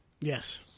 Yes